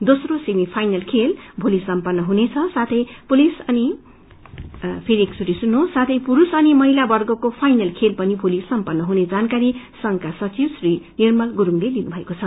दोस्रो semifinal खेल भोली सम्पन्न हुनेछ साथै पुस्य अनि महिला वर्गको फाइनल खेल पनि भोली सम्पन्न हुने जानकारी संघक्र सधिव श्री निर्मल गुस्डले दिनुभएको छ